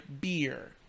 beer